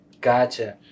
Gotcha